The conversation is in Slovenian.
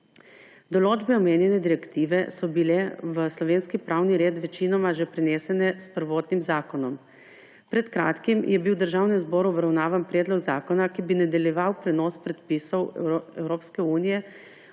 Določbe omenjene direktive so bile v slovenski pravi red večinoma že prenesene s prvotnim zakonom. Pred kratkim je bil v Državnem zboru obravnavan predlog zakona, ki bi nadaljeval prenos predpisov Evropske unije